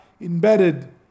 embedded